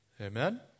Amen